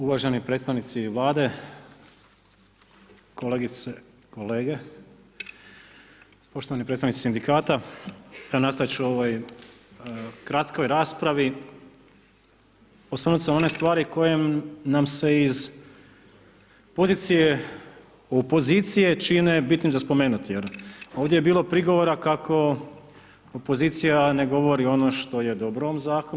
Uvaženi predstavnici Vlade, kolegice, kolege, poštovani predstavnici Sindikata, evo nastaviti ću o ovoj kratkoj raspravi, osvrnuti se na one stvari koje nam se iz opozicije čine bitnim za spomenuti jer ovdje je bilo prigovora kako opozicija ne govori ono što je dobro u ovom Zakonu.